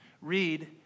read